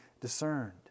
discerned